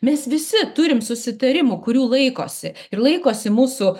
mes visi turim susitarimų kurių laikosi ir laikosi mūsų